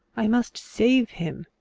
i must save him.